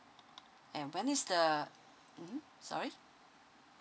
and when is the mm sorry